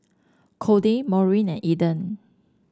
Cody Maureen and Eden